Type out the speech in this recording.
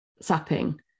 sapping